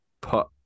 put